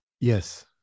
Yes